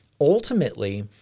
ultimately